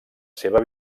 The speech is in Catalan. seva